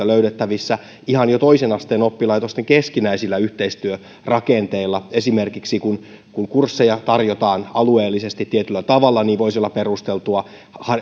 löydettävissä ihan jo toisen asteen oppilaitosten keskinäisillä yhteistyörakenteilla esimerkiksi kun kursseja tarjotaan alueellisesti tietyllä tavalla voisi olla perusteltua